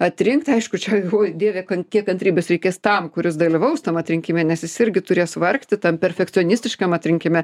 atrinkt aišku čia galvoju dieve kiek kantrybės reikės tam kuris dalyvaus tam atrinkime nes jis irgi turės vargti tam perfekcionistiškam atrinkime